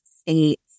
states